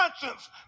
conscience